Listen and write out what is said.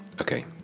Okay